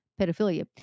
pedophilia